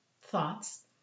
thoughts